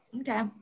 okay